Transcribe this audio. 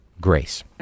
Grace